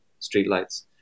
streetlights